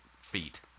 feet